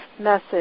message